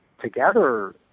together